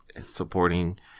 supporting